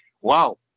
wow